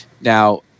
Now